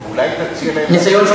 חד-צדדי.